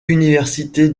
université